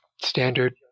Standard